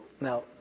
Now